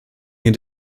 near